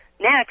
Next